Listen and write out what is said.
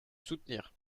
soutenir